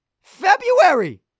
February